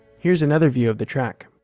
here's another view of the track.